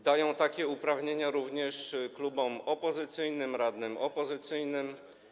Dają takie uprawnienia również klubom opozycyjnym, radnym opozycyjnym.